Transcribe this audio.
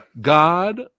God